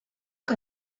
que